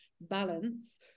balance